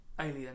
Alien